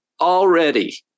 already